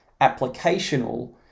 applicational